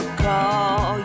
call